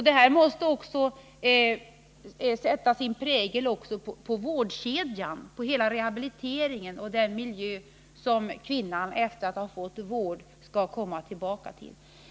Det måste också sätta sin prägel på vårdkedjan, på hela rehabiliteringen och på den miljö som kvinnan, efter att ha fått vård, kommer tillbaka till.